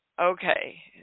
okay